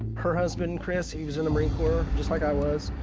her husband, chris, he was in the marine corps just like i was.